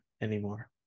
anymore